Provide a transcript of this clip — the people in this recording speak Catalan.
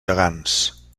gegants